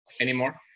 anymore